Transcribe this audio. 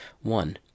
One